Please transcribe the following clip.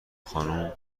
خانوم